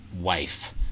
wife